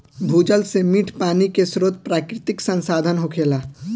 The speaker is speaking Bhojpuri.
भूजल से मीठ पानी के स्रोत प्राकृतिक संसाधन होखेला